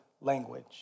language